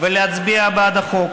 ולהצביע בעד החוק.